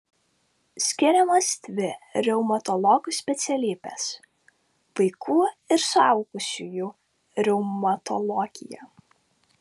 skiriamos dvi reumatologų specialybės vaikų ir suaugusiųjų reumatologija